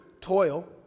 Toil